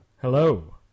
Hello